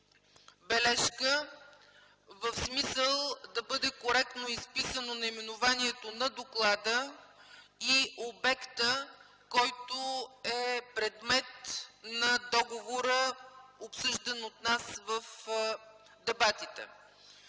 бележка, в смисъл да бъде коректно изписано наименованието на доклада и обекта, който е предмет на договора, обсъждан от нас в дебатите.